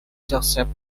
joseph